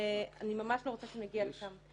ואני ממש לא רוצה שנגיע לשם.